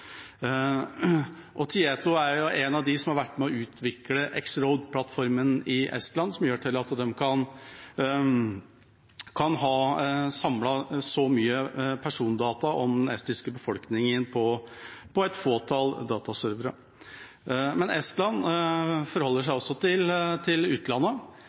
og Tieto er en av dem som har vært med på å utvikle X-Road-plattformen i Estland, som gjør at de kan ha så mye persondata om den estiske befolkningen samlet på et fåtall dataservere. Men Estland forholder seg også til utlandet.